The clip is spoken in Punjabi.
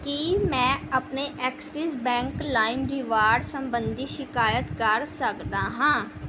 ਕੀ ਮੈਂ ਆਪਣੇ ਐਕਸਿਸ ਬੈਂਕ ਲਾਇਮ ਰਿਵਾਰਡ ਸੰਬੰਧੀ ਸ਼ਿਕਾਇਤ ਕਰ ਸਕਦਾ ਹਾਂ